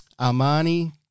Armani